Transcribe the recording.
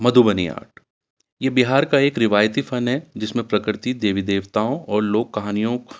Madhubani art یہ بہار کا ایک روایتی فن ہے جس میں پرکرتی دیوی دیوتاؤں اور لوگ کہانیوں